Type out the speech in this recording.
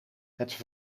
het